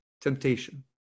temptation